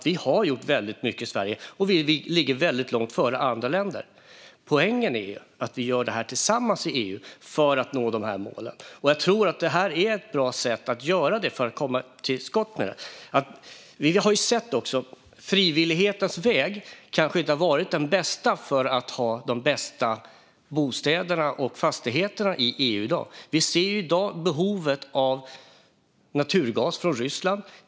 Vi har gjort väldigt mycket i Sverige, och vi ligger väldigt långt före andra länder. Poängen är att vi gör detta tillsammans i EU för att nå dessa mål. Jag tror att detta är ett bra sätt att göra det för att komma till skott med det. Frivillighetens väg kanske inte har varit den bästa för att ha de bästa bostäderna och fastigheterna i EU i dag. Vi ser i dag behovet av naturgas från Ryssland.